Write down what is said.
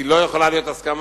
כי לא יכולה להיות הסכמה,